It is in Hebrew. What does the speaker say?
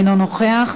אינו נוכח,